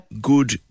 good